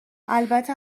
البته